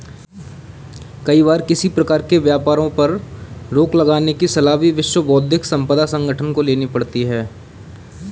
कई बार किसी प्रकार के व्यापारों पर रोक लगाने की सलाह भी विश्व बौद्धिक संपदा संगठन को लेनी पड़ती है